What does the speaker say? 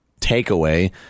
takeaway